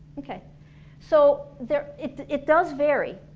okay so, there it it does vary.